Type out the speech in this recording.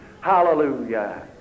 Hallelujah